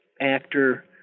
actor